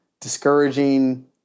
discouraging